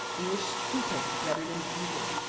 they were stupid rather than brutal,